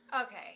Okay